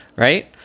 Right